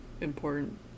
important